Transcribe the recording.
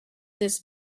this